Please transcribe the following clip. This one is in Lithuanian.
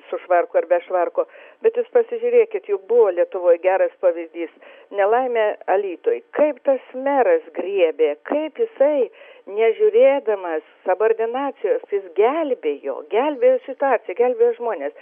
su švarku ar be švarko bet jūs pasižiūrėkit juk buvo lietuvoj geras pavyzdys nelaimė alytuj kaip tas meras griebė kaip jisai nežiūrėdamas subordinacijos jis gelbėjo gelbėjo situaciją gelbėjo žmones